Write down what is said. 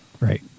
right